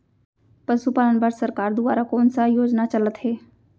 पशुपालन बर सरकार दुवारा कोन स योजना चलत हे?